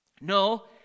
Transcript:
No